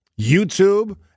YouTube